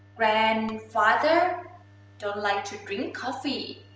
grandfather don't like to drink coffee.